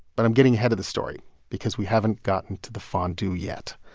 but i'm getting ahead of the story because we haven't gotten to the fondue yet.